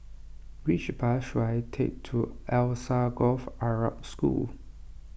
which bus should I take to Alsagoff Arab School